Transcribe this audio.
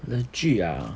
legit ah